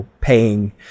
paying